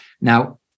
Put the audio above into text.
Now